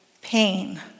pain